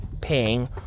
paying